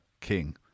King